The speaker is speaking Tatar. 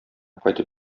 кайтып